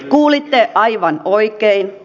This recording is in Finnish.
kuulitte aivan oikein